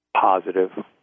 positive